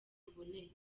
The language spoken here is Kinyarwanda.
buboneye